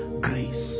grace